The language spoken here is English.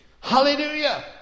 hallelujah